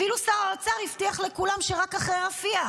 אפילו שר האוצר הבטיח לכולם שרק אחרי רפיח.